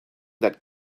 that